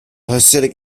hasidic